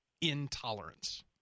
Intolerance